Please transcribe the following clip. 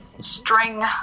string